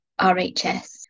RHS